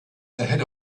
ahead